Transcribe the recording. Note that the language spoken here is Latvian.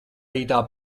rītā